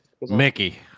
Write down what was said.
Mickey